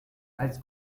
als